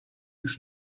już